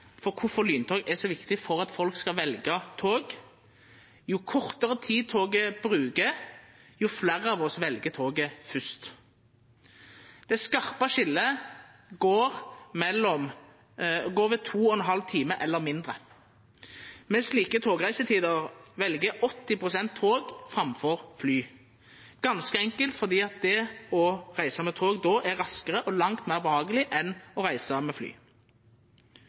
for kvifor lyntog er så viktig for at folk skal velja tog. Jo kortare tid toget brukar, jo fleire av oss vel toget fyrst. Det skarpe skiljet går ved to og ein halv time eller mindre. Med slike togreisetider vel 80 pst. tog framfor fly, ganske enkelt fordi det å reisa med tog då er raskare og langt meir behageleg enn å reisa med fly. Viss eg skal reisa frå Stortinget og heim til Stavanger med fly